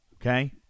Okay